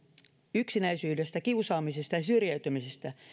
yksinäisyydestä kiusaamisesta ja syrjäytymisestä